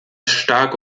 stark